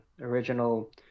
original